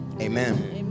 Amen